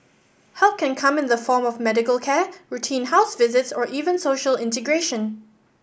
help can come in the form of medical care routine house visits or even social integration